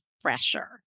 fresher